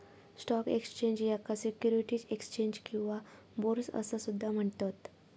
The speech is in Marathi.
स्टॉक एक्स्चेंज, याका सिक्युरिटीज एक्स्चेंज किंवा बोर्स असा सुद्धा म्हणतत